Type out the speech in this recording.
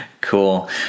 Cool